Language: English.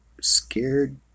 scared